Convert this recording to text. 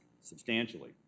substantially